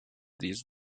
this